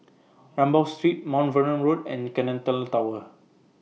Rambau Street Mount Vernon Road and Centennial Tower